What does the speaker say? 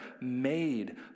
made